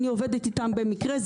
אני עובדת איתם במקרה,